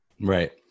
Right